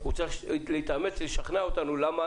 אז עליו החובה לשכנע אותנו למה